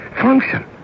function